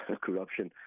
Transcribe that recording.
corruption